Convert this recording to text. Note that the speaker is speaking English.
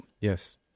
Yes